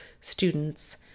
students